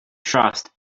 trust